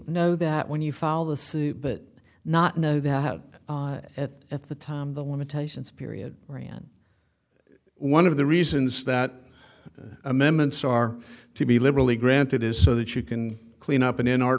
know that when you file the suit but not know that at the time the limitations period ran one of the reasons that amendments are to be liberally granted is so that you can clean up in